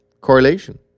correlation